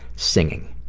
singing.